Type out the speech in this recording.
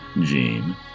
Jean